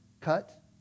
cut